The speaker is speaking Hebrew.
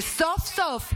וסוף-סוף,